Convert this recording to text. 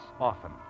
often